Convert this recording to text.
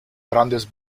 grandes